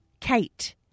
Kate